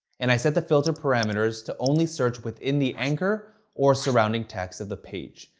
and i set the filter parameters to only search within the anchor or surrounding text of the page,